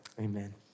amen